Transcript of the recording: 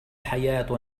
حياة